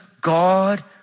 God